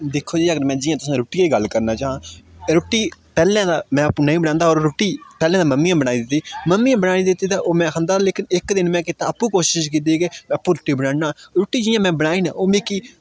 दिक्खो जी अगर मैं जि'यां तुसेंगी रूट्टी दी गल्ल करना चांह् रूट्टी पैह्लैं दा मैं आपूं नेईं बनादा हा होर रूट्टी पैंह्लें दा मम्मी ऐ बनाई दिंदी ही मम्मी ऐ बनाई देती ते ओह् मैं खंदा ते लेकिन इक दिन मैं केह् कीता आपूं कोशिश कीती आपूं रूट्टी बनाना रूट्टी जि'यां मैं बनाई ना ओह् मिकी